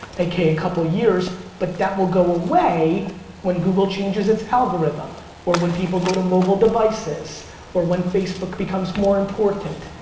aka a couple years, but that will go away when google changes its algorithm or when people go to mobile devices or when facebook becomes more important.